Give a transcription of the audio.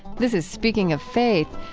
this is speaking of faith.